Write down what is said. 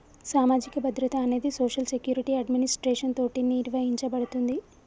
సామాజిక భద్రత అనేది సోషల్ సెక్యురిటి అడ్మినిస్ట్రేషన్ తోటి నిర్వహించబడుతుంది